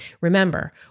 Remember